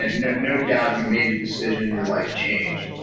ah no doubt you made a decision. your life changed.